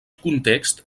context